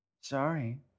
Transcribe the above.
Sorry